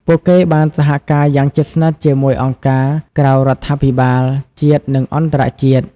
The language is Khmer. ពួកគេបានសហការយ៉ាងជិតស្និទ្ធជាមួយអង្គការក្រៅរដ្ឋាភិបាល ជាតិ និងអន្តរជាតិ។